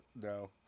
no